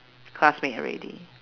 classmate already